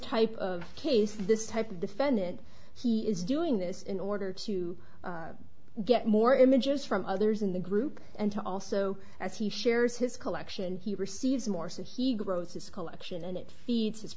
type of case this type of defendant he is doing this in order to get more images from others in the group and to also as he shares his collection he receives more so he grows his collection and it feeds his